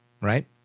Right